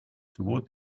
toward